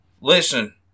Listen